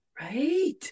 right